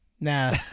Nah